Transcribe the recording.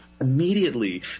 immediately